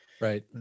Right